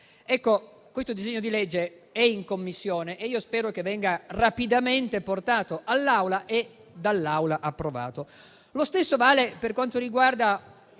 Questo disegno di legge è in Commissione e spero che venga rapidamente portato in Aula e approvato. Lo stesso discorso vale per quanto riguarda